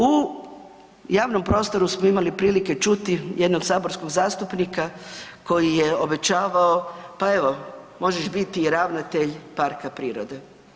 U javnom prostoru smo imali prilike čuti jednog saborskog zastupnika koji je obećavao, pa evo, možeš biti i ravnatelj parka prirode.